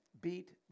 beat